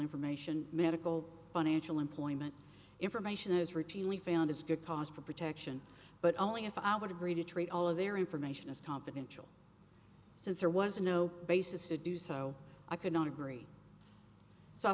information medical financial employment information is routinely found is good cause for protection but only if i would agree to treat all of their information is confidential so there was no basis to do so i could not agree